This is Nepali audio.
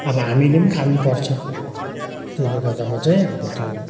अब हामीले पनि खानुपर्छ त्यसले गर्दा म चाहिँ अब त्यो